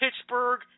Pittsburgh